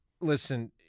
Listen